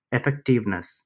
Effectiveness